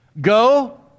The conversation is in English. Go